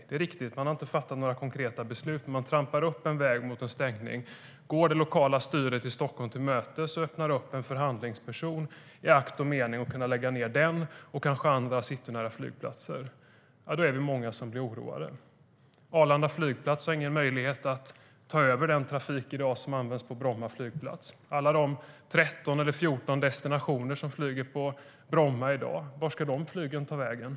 Det är riktigt att man inte har fattat några konkreta beslut, men man trampar upp en väg mot en stängning, går det lokala styret i Stockholm till mötes och tillsätter en förhandlingsperson i akt och mening att kunna lägga ned Bromma och kanske andra citynära flygplatser. Ja, då är vi många som blir oroade. Arlanda flygplats har ingen möjlighet att ta över den trafik som Bromma flygplats i dag har. Alla de 13 eller 14 destinationer som har flyg till Bromma i dag, vart ska flygen därifrån ta vägen?